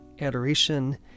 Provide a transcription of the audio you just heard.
adoration